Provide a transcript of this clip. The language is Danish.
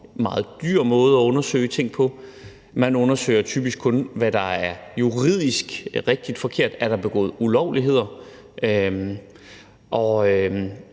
meget dyr måde at undersøge ting på. Man undersøger typisk kun, hvad der er juridisk rigtigt og forkert, altså om der er begået ulovligheder. Og